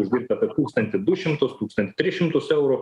uždirbt apie tūkstantį du šimtus tūkstantį tris šimtus eurų